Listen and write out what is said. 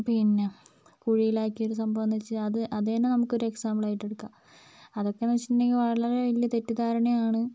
പിന്നെ കുഴിയിലാക്കിയൊരു സംഭവം എന്ന് വെച്ചാൽ അത് അത് തന്നെ നമുക്കൊരു എക്സാമ്പിളായിട്ട് എടുക്കാം അതൊക്കെ എന്ന് വെച്ചിട്ടുണ്ടെങ്കില് വളരെ വലിയ തെറ്റിദ്ധാരണയാണ്